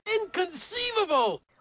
Inconceivable